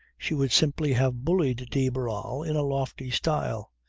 she would simply have bullied de barral in a lofty style.